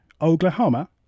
Oklahoma